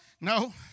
No